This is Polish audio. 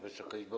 Wysoka Izbo!